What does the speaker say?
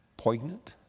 poignant